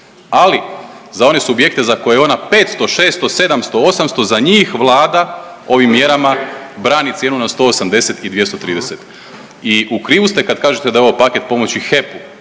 ali za one subjekte za koje je ona 500, 600, 700, 800 za njih Vlada ovim mjerama brani cijenu na 180 i 230. I u krivu ste kad kažete da je ovo paket pomoći HEP-u,